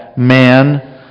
Man